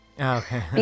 okay